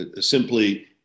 simply